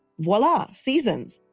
voila, seasons.